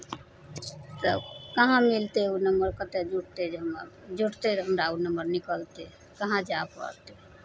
तऽ कहाँ मिलतै ओ नम्बर कतय जुटतै जे हमर जुटतै जे हमरा ओ नम्बर निकलतै कहाँ जाय पड़त